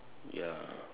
ya